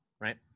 right